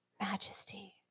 Majesty